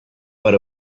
per